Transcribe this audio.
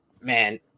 man